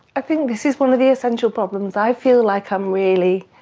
i think this is one of the essential problems. i feel like i'm really